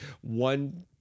one